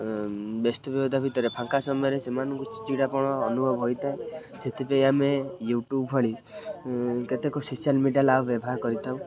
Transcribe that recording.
ବ୍ୟସ୍ତ ବିବ୍ରତା ଭିତରେ ଫାଙ୍କା ସମୟରେ ସେମାନଙ୍କୁ ଚିଡ଼ି ଚିଡ଼ାପଣ ଅନୁଭବ ହୋଇଥାଏ ସେଥିପାଇଁ ଆମେ ୟୁଟ୍ୟୁବ ଭଳି କେତେକ ସୋସିଆଲ ମିଡ଼ିଆ ଆଉ ବ୍ୟବହାର କରିଥାଉ